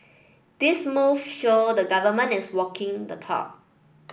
these moves show the Government is walking the talk